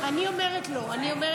הסתייגות 466 לא נתקבלה.